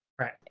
Right